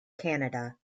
canada